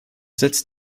setzt